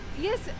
Yes